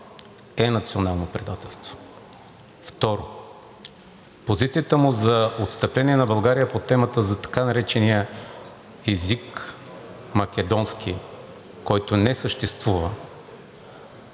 е национално предателство. Второ, позицията му за отстъпление на България по темата за така наречения език – македонски, който не съществува,